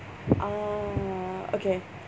ah okay